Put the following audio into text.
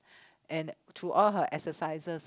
and through all her exercises